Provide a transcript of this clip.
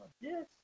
Yes